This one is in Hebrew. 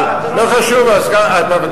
אני לא חבר הוועדה.